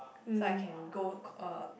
so I can go uh